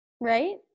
right